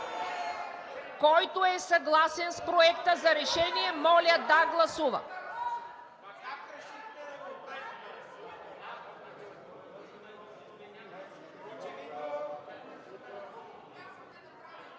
Който е съгласен с Проекта за решение, моля да гласува.